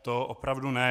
To opravdu ne.